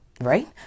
right